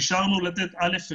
אישרנו לתת אשרת א/1,